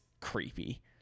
creepy